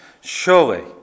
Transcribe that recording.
surely